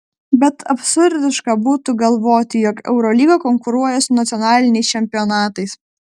bet absurdiška būtų galvoti jog eurolyga konkuruoja su nacionaliniais čempionatais